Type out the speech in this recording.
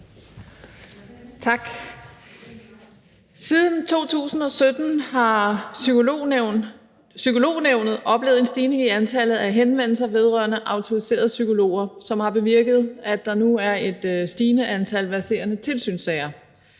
Tak. Siden 2017 har Psykolognævnet oplevet en stigning i antallet af henvendelser vedrørende autoriserede psykologer, som har bevirket, at der nu er et stigende antal verserende tilsynssager,